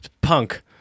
Punk